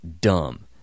dumb